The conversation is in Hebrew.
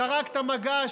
זרק את המגש,